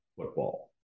football